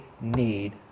need